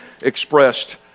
expressed